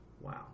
wow